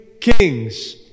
kings